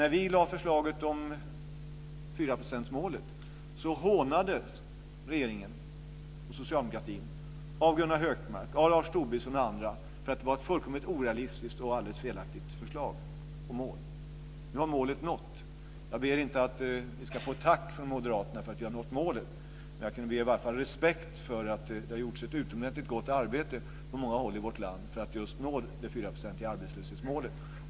När vi lade fram förslaget om 4-procentsmålet hånades regeringen och socialdemokratin av Gunnar Hökmark, Lars Tobisson och andra för att det var ett fullkomligt orealistiskt och alldeles felaktigt förslag och mål. Nu har målet nåtts. Jag begär inte att vi ska få ett tack från moderaterna för att vi har nått målet. Men jag kan i alla fall be om respekt för att det har gjorts ett utomordentligt bra arbete på många håll i vårt land just för att nå målet på 4 % arbetslöshet.